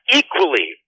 equally